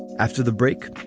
after the break,